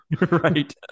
Right